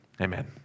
Amen